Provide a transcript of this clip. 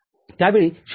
तर त्या वेळी ०